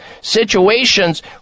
situations